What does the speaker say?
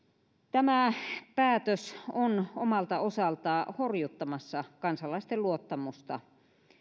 tämä päätös on omalta osaltaan horjuttamassa kansalaisten luottamusta